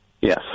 Yes